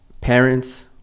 parents